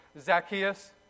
Zacchaeus